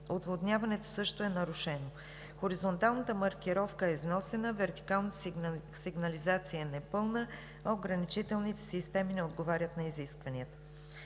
Отводняването също е нарушено, хоризонталната маркировка е износена, вертикалната сигнализация е непълна, а ограничителните системи не отговарят на изискванията.